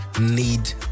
need